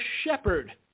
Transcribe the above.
shepherd